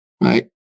right